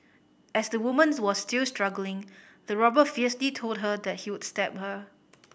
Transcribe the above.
as the woman's was still struggling the robber fiercely told her that he would stab her